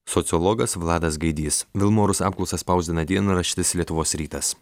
sociologas vladas gaidys vilmorus apklausą spausdina dienraštis lietuvos rytas